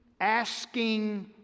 asking